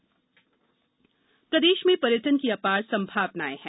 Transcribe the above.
पर्यटन मप्र प्रदेश में पर्यटन की अपार संभावनाए हैं